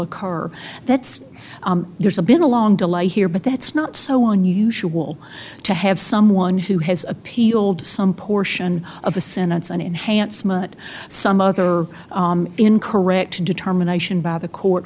occur that's there's a been a long delay here but that's not so unusual to have someone who has appealed to some portion of a sentence an enhancement some other in correct determination by the court